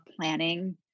planning